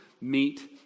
meet